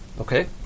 Okay